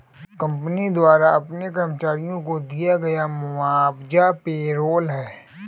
company द्वारा अपने कर्मचारियों को दिया गया मुआवजा पेरोल है